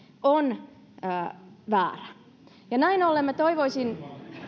on väärä näin ollen me toivoisimme